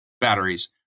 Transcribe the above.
batteries